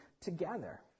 together